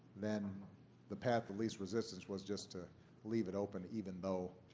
then the path of least resistance was just to leave it open, even though